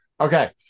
Okay